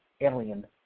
alien